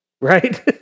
Right